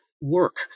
work